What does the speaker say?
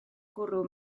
gwrw